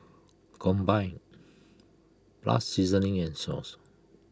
combined plus seasoning and sauce